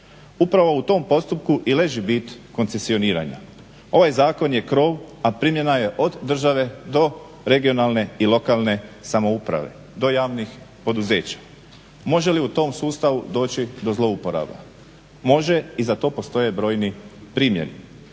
Upravo u tom postupku i leži bit koncesioniranja. Ovaj zakon je krov a primljena je od države do regionalne i lokalne samouprave do javnih poduzeća. Može li u tom sustavu doći do zlouporabe? Može i za to postoje brojni primjeri.